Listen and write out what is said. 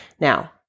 Now